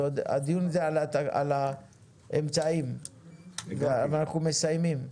הדיון הוא על האמצעים ואנחנו מסיימים.